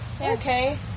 okay